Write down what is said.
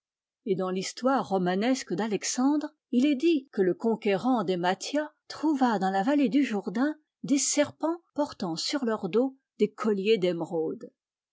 et dans l'histoire romanesque d'alexandre il est dit que le conquérant d'emathia trouva dans la vallée du jourdain des serpents portant sur leur dos des colliers d'émeraude